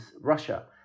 Russia